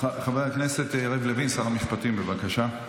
חבר הכנסת יריב לוין, שר המשפטים, בבקשה.